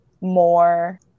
more